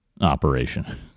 operation